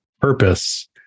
purpose